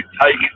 take